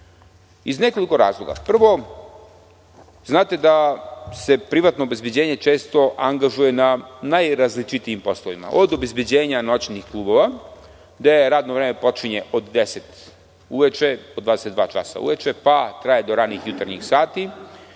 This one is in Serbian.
iz nekoliko razloga. Prvo, znate da se privatno obezbeđenje često angažuje na najrazličitijim poslovima, od obezbeđenja noćnih klubova gde radno vreme počinje od 22,00 časa uveče pa traje do ranih jutarnjih sati